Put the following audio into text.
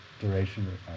duration